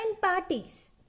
parties